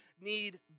need